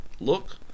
look